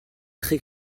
très